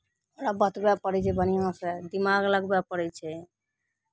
ओकरा बतबय पड़ै छै बढ़िआँसँ दिमाग लगबय पड़ै छै